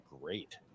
great